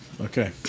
Okay